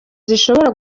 zishobora